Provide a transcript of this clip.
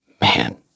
man